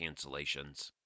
cancellations